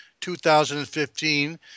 2015